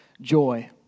joy